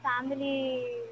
family